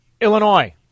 Illinois